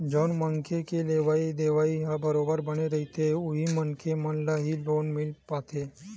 जउन मनखे के लेवइ देवइ ह बरोबर बने रहिथे उही मनखे मन ल ही लोन मिल पाथे